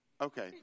Okay